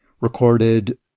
recorded